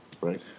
right